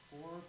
four